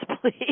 please